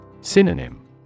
Synonym